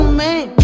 man